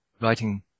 writing